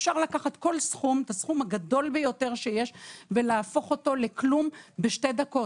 אפשר לקחת את הסכום הגדול ביותר שיש ולהפוך אותו לכלום בשתי דקות.